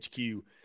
HQ